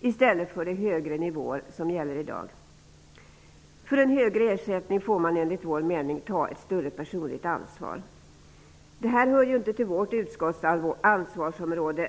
i stället för de högre nivåer som gäller i dag. För en högre ersättning får man, enligt vår mening, ta ett större personligt ansvar. Detta hör inte till utskottets ansvarsområde.